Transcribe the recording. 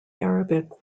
arabic